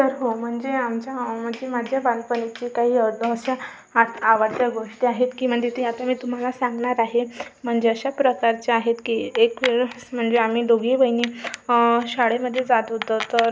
तर हो म्हणजे आमच्या म्हणजे माझ्या बालपणीची काही अशा आठ आवडत्या गोष्टी आहेत की म्हणजे ते आता मी तुम्हाला सांगणार आहे म्हणजे अशा प्रकारच्या आहेत की एक वेळेस म्हणजे आम्ही दोघीही बहिणी शाळेमध्ये जात होतो तर